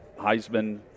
Heisman